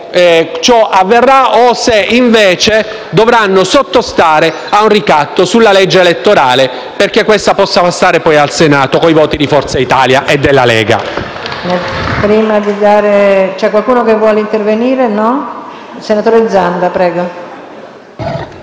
ciò avverrà o se invece dovranno sottostare a un ricatto sulla legge elettorale, perché questa possa passare al Senato con i voti di Forza Italia e della Lega